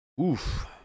Oof